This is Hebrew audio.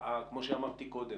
כמו שאמרתי קודם,